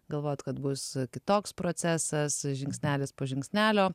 galvojot kad bus kitoks procesas žingsnelis po žingsnelio